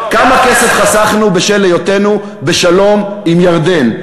כמה כסף חסכנו בשל היותנו בשלום עם ירדן.